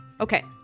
okay